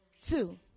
Two